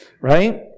right